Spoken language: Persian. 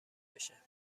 بشه